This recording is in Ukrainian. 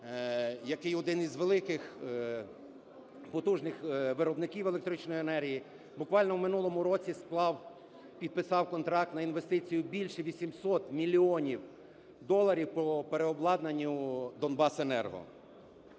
який один із великих, потужних виробників електричної енергії буквально в минулому році склав, підписав контракт на інвестиції у більше 800 мільйонів доларів по переобладнанню "Донбасенерго".